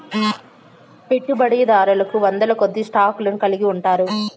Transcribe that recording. పెట్టుబడిదారులు వందలకొద్దీ స్టాక్ లను కలిగి ఉంటారు